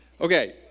Okay